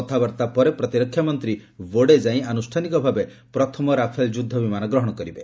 କଥାବାର୍ତ୍ତା ପରେ ପ୍ରତିରକ୍ଷା ମନ୍ତ୍ରୀ ବୋର୍ଡେ ଯାଇ ଆନୁଷ୍ଠାନିକ ଭାବେ ପ୍ରଥମ ରାଫେଲ୍ ଯୁଦ୍ଧ ବିମାନ ଗ୍ରହଣ କରିବେ